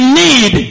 need